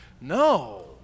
No